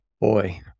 boy